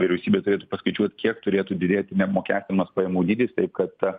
vyriausybė turėtų paskaičiuot kiek turėtų didėti neapmokestinamas pajamų dydis taip kad